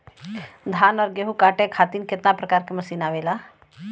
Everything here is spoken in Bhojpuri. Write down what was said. धान और गेहूँ कांटे खातीर कितना प्रकार के मशीन आवेला?